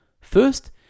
First